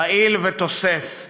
פעיל ותוסס.